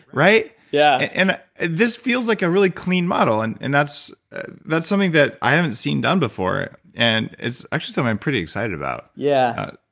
right? yeah and this feels like a really clean model, and and that's that's something that i haven't seen done before. and it's actually something so i'm pretty excited about yeah.